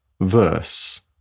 verse